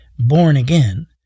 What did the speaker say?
born-again